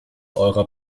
eurer